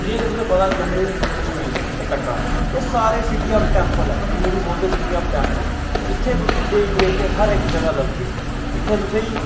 जि'यां कि तुसेंई पता कि जम्मू कश्मीर ते कटरा एह् सारे सिटी आफ टैंपल तुसेंई देवी देवते हर इक जगह् लब्भग इत्थै तुसेंई हर जगह्